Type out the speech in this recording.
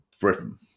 Britain